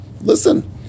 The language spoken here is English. listen